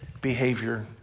behavior